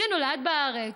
שנולד בארץ,